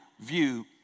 view